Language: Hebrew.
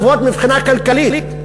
טובות מבחינה כלכלית.